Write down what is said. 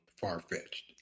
far-fetched